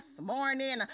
morning